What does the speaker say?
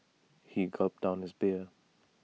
he gulped down his beer